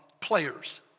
players